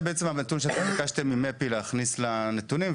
זה נתון שאתם ביקשתם ממפ"י להכניס לנתונים.